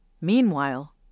Meanwhile